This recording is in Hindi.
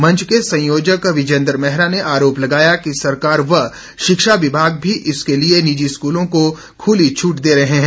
मंच के संयोजक विजेन्द्र मैहरा ने आरोप लगाया कि सरकार व शिक्षा विभाग भी इसके लिए निजी स्कूलों को खुली छूट दे रहे हैं